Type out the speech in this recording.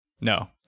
no